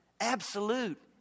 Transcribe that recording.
absolute